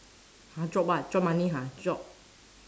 !huh! drop what drop money ha drop